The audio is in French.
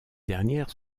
dernières